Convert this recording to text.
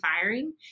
firing